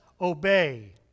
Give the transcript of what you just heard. obey